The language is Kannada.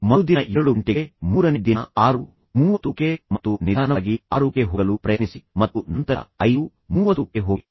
ಮರುದಿನ 7 ಗಂಟೆಗೆ ಮೂರನೇ ದಿನ 630 ಕ್ಕೆ ಮತ್ತು ನಿಧಾನವಾಗಿ 6 ಕ್ಕೆ ಹೋಗಲು ಪ್ರಯತ್ನಿಸಿ ಮತ್ತು ನಂತರ 530 ಕ್ಕೆ ಹೋಗಿ